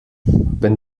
wenn